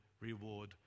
reward